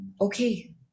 okay